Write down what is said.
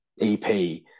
EP